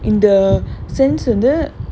இந்த:intha sense வந்து:vanthu